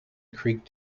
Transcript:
creek